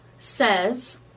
says